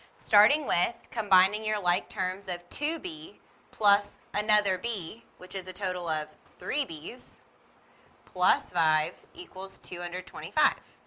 starting with combining your like terms of two b plus another b which is a total of three b s plus five equals two hundred twenty-five.